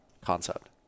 concept